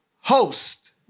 host